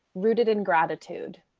rooted in gratitude.